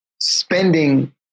spending